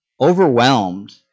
overwhelmed